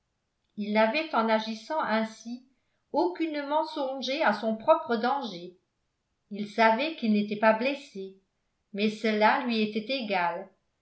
il n'avait en agissant ainsi aucunement songé à son propre danger il savait qu'il n'était pas blessé mais cela lui était égal